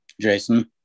Jason